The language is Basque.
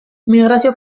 migrazio